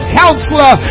counselor